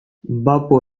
bapo